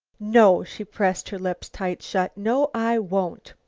no, she pressed her lips tight shut, no, i won't.